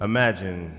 Imagine